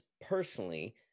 personally